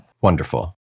Wonderful